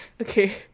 Okay